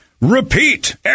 repeat